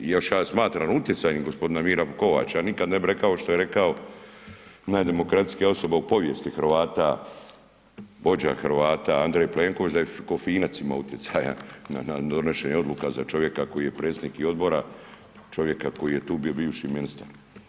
Ali još ja smatram utjecajnim gospodina Miru Kovača, ja nikad ne bih rekao što je rekao, najdemokratskija osoba u povijesti Hrvata, vođa Hrvata Andrej Plenković, da je kao Finac imao utjecaja na donošenje odluka za čovjeka koji je predsjednik i odbora, čovjeka koji je tu bio bivši ministar.